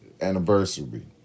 anniversary